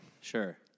Sure